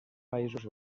països